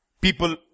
People